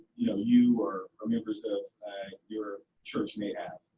you know you or or members of your church may have?